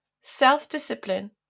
self-discipline